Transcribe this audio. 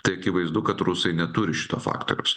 tai akivaizdu kad rusai neturi šito faktoriaus